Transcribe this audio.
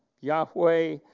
Yahweh